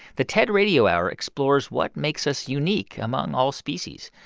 the ted radio hour explores what makes us unique among all species.